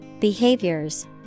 behaviors